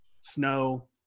snow